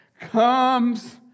comes